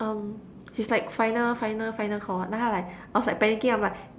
um she's like final final final Call then I was like I was like panicking I'm like